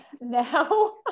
Now